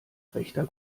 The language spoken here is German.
rechter